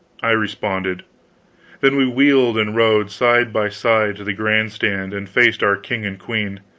i responded then we wheeled and rode side by side to the grand-stand and faced our king and queen,